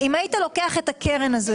אם היית לוקח את הקרן הזאת,